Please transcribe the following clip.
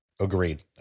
Agreed